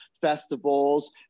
festivals